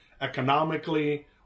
economically